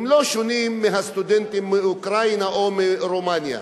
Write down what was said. הם לא שונים מהסטודנטים מאוקראינה או מרומניה.